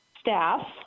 staff